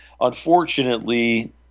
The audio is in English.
unfortunately